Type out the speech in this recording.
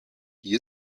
die